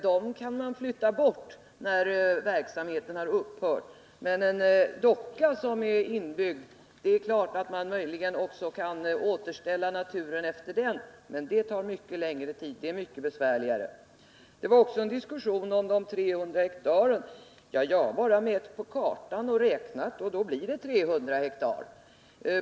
Plattformar kan man flytta bort när verksamheten har upphört, men det är annat med en docka som är inbyggd i landskapet. Det är klart att man kan återställa naturen även efter den, men det tar mycket längre tid och det är mycket besvärligare. Det har också varit en diskussion om de 300 hektaren. Ja, jag har mätt på kartan och räknat och funnit att det blir 300 ha.